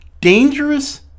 dangerous